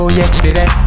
yesterday